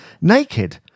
Naked